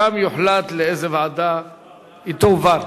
ושם יוחלט לאיזו ועדה היא תועבר.